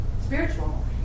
spiritual